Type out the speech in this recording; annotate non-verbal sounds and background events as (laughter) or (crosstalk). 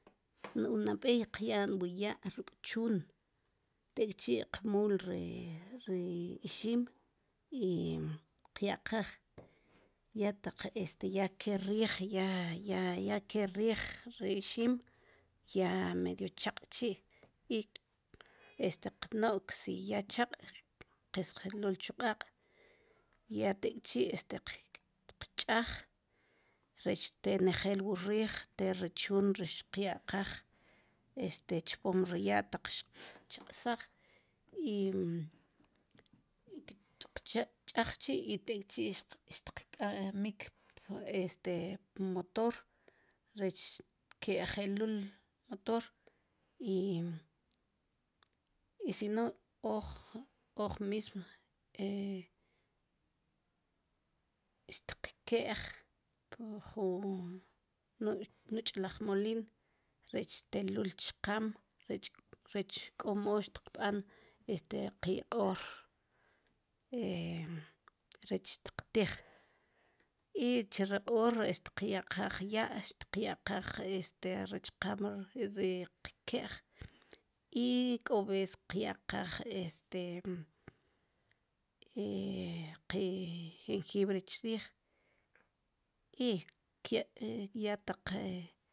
Nu nab'ej qyan wu ya' ruk' chun tek' chi qmul ri ri ixim i qyaqaj yataq' este ya ke rij ya ya kerij ri ixim ya medio cheqchi i este qnok si ya cheq' qesjelul chu q'aq' ya tek' chi este tqch'aj rech te njel wu rij te ri chun ri xqyaqaj este chpom ri ya' taq xcheqsaj i tch'aj chi i tek' chi xtk'amik este motor rech qkejelul motor i si no oj mismo xtkej po jun nuch laj molil rech telul chqam rech komo qb'an este qi q'or (hesitation) rech tqtij i chi ri q'or xyaqaj ya xyaqaj este rech ri qke'j i koves tyaqaj este (hesitation) qe jenjibre chrij i (unintelligible) ya taq (hesitation)